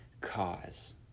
cause